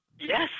Yes